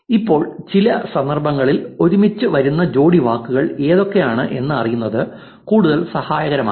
ഇപ്പോൾ ചില സന്ദർഭങ്ങളിൽ ഒരുമിച്ച് വരുന്ന ജോഡി വാക്കുകൾ ഏതൊക്കെ ആണ് എന്ന് അറിയുന്നത് കൂടുതൽ സഹായകരമാകും